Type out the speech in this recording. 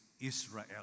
Israel